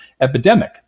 epidemic